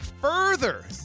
further